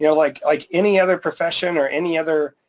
you know like like any other profession or any other